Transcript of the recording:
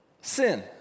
sin